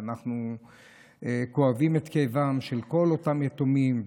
ואנחנו כואבים את כאבם של כל אותם יתומים.